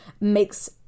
makes